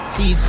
See